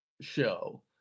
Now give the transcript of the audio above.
show